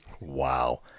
Wow